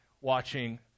watching